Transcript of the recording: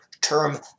term